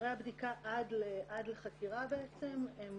חומרי הבדיקה עד לחקירה בעצם הם